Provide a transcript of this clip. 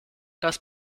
das